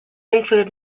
include